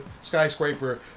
skyscraper